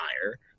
higher